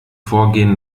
vorgehen